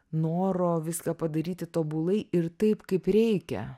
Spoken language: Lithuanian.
noro viską padaryti tobulai ir taip kaip reikia